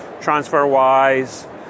TransferWise